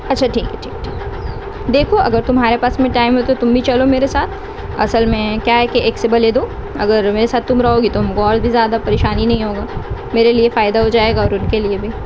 اچھا ٹھیک ہے ٹھیک ٹھیک دیکھو اگر تمہارے پاس میں ٹائم ہو تو تم بھی چلو میرے ساتھ اصل میں کیا ہے کہ ایک سے بھلے دو اگر میرے ساتھ تم رہوگی تو ہم کو اور بھی زیادہ پریشانی نہیں ہوگا میرے لیے فائدہ ہو جائے گا اور ان کے لیے بھی